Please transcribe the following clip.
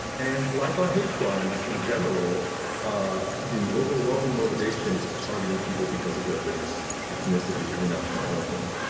and like our hate crimes in general the overwhelming motivation is targeting people because of their race, ethnicity, or national origin